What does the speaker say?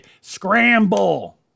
scramble